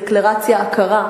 יש מגרשים צמודי קרקע,